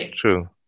true